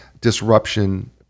disruption